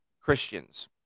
Christians